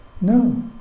No